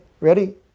ready